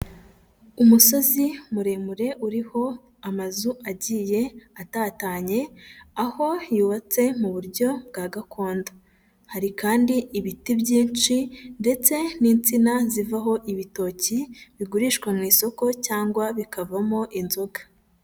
Umusozi muremure uriho amazu agiye atatanye, aho yubatse mu buryo bwa gakondo, hari kandi ibiti byinshi ndetse n'insina zivaho ibitoki bigurishwa mu isoko cyangwa bikavamo inzoga.